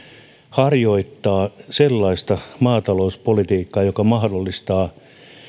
harjoittaa sellaista maatalouspolitiikkaa joka mahdollistaa